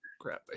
crap